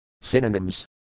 Synonyms